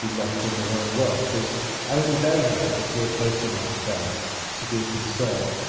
be lost in their own world because only they know if we're close enough to them to be a concern.